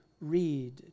read